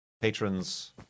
Patrons